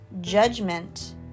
judgment